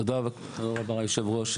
תודה רבה, אדוני היושב-ראש.